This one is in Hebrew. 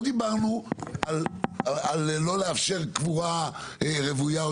לא דיברנו על לא לאפשר קבורה רוויה,